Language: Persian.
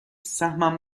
سهمم